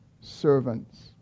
servants